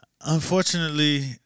Unfortunately